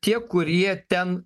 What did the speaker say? tie kurie ten